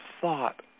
thought